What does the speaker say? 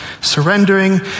surrendering